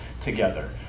together